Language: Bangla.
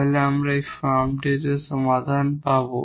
তাহলে আমরা এই ফর্মটিতে সমাধান পাব